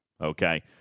okay